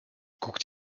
guckt